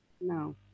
no